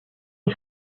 est